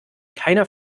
keiner